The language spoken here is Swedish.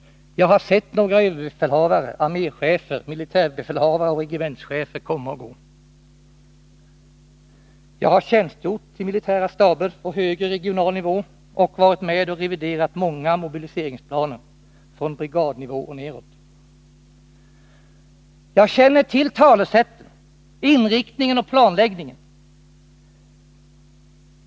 Jag har sett några överbefälhavare, arméchefer, militärbefälhavare och regementschefer komma och gå. Jag har tjänstgjort i militära staber på högre regional nivå och varit med och reviderat många mobiliseringsplaner från brigadnivå och neråt. Jag känner till talesätten, inriktningen och planläggningen.